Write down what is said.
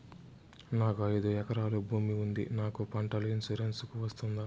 నాకు ఐదు ఎకరాల భూమి ఉంది నాకు పంటల ఇన్సూరెన్సుకు వస్తుందా?